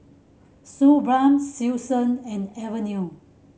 Suu Balm Selsun and Avene